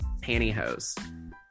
pantyhose